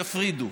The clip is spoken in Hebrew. יפרידו.